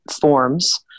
forms